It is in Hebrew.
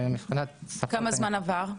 כמה זמן עבר?